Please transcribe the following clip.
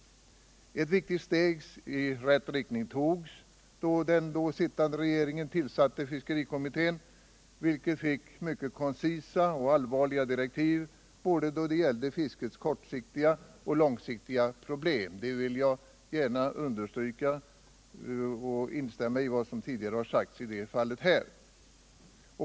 Ett viktigt steg i rätt riktning togs när den då sittande regeringen tillsatte fiskerikommittén, vilken fick mycket koncisa och allvarliga direktiv, då det gällde fiskets både kortsiktiga och långsiktiga problem. Jag vill gärna understryka detta och instämma i vad som tidigare sagts på den punkten.